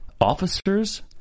Officers